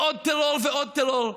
בעוד טרור ובעוד טרור.